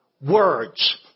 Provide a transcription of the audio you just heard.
words